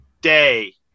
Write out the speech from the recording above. Day